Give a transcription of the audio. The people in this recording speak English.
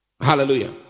Hallelujah